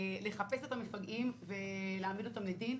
לחפש את המפגעים ולהעמיד אותם לדין.